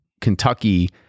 Kentucky